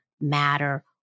matter